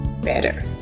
better